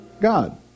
God